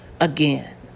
again